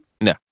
No